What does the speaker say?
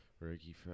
Ricky